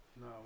No